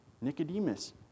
Nicodemus